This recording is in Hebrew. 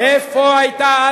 איפה היא היתה?